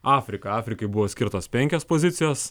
afrika afrikai buvo skirtos penkios pozicijos